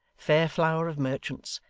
fair flower of merchants,